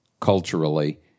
culturally